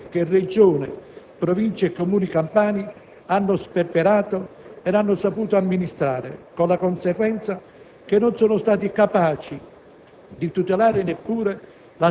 e questo nonostante i miliardi che Regione, Province e Comuni campani hanno sperperato e non hanno saputo amministrare, con la conseguenza che non sono stati capaci